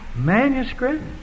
manuscript